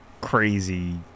crazy